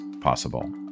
possible